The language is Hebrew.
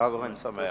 חג אורים שמח.